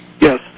Yes